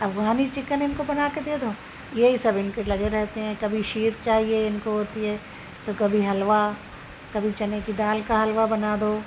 Afghani chicken ان کو بنا کے دے دو یہی سب ان کے لگے رہتے ہیں کبھی شیر چاہیے ان کو ہوتی ہے تو کبھی حلوا کبھی چنے کی دال کا حلوا بنا دو